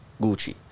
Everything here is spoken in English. Gucci